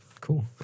Cool